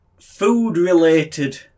food-related